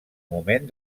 moment